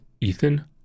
Ethan